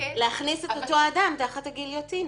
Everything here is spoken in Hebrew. להכניס את אותו אדם תחת הגיליוטינה?